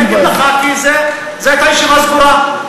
אני אגיד לך, כי זו הייתה ישיבה סגורה.